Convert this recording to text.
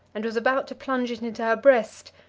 and was about to plunge it into her breast,